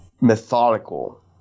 methodical